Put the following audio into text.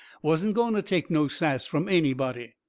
wasn't going to take no sass from anybody.